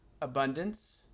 abundance